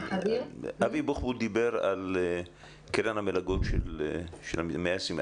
אבי בוחבוט דיבר על קרן המלגות של 120 מיליון שקל.